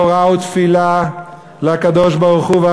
תורה ותפילה לקדוש-ברוך-הוא,